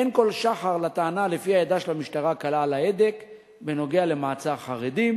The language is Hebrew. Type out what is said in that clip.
אין כל שחר לטענה שלפיה ידה של המשטרה קלה על ההדק בנוגע למעצר חרדים.